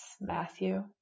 Matthew